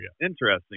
Interesting